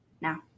now